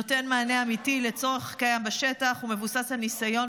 נותן מענה אמיתי לצורך קיים בשטח ומבוסס על ניסיון